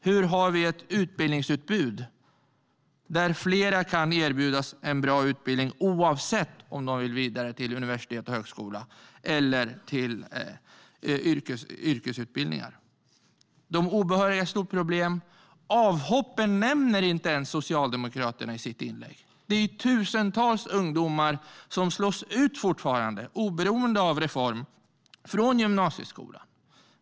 Hur har vi ett utbildningsutbud där fler kan erbjudas en bra utbildning oavsett om de vill vidare till universitet och högskola eller till yrkesutbildningar? De obehöriga är ett stort problem. Avhoppen nämner inte ens Socialdemokraterna i sitt inlägg. Det är tusentals ungdomar som slås ut fortfarande, oberoende av reform, från gymnasieskolan.